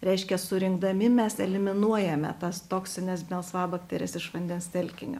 reiškia surinkdami mes eliminuojame tas toksines melsvabakteres iš vandens telkinio